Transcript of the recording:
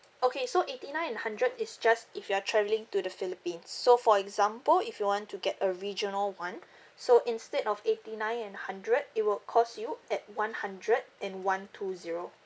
okay so eighty nine and hundred is just if you are travelling to the philippines so for example if you want to get a regional one so instead of eighty nine and hundred it will cost you at one hundred and one two zero